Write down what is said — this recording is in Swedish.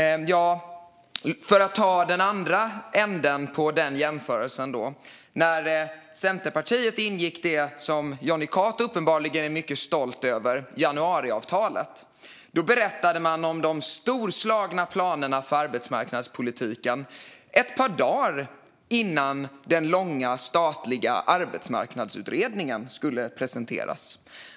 Låt mig ta den andra änden på den jämförelsen. När Centerpartiet ingick det som Jonny Cato uppenbarligen är mycket stolt över, nämligen januariavtalet, berättade man om de storslagna planerna för arbetsmarknadspolitiken ett par dagar innan den långa statliga arbetsmarknadsutredningen skulle presenteras.